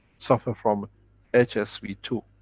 suffer from hsv two,